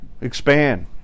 expand